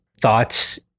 thoughts